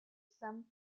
some